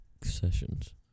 Sessions